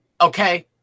okay